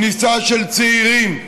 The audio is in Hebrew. כניסה של צעירים.